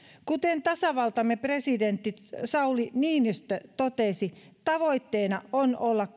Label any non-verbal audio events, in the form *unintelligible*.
kuten tasavaltamme presidentti sauli niinistö totesi tavoitteena on olla *unintelligible*